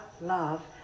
love